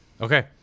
Okay